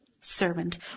Servant